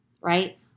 right